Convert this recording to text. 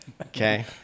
okay